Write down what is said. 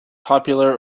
popular